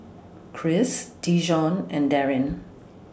Chris Dijon and Daryn